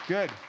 Good